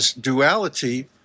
duality